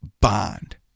bond